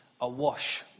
awash